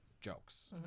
jokes